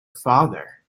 father